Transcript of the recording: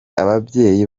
ababyeyi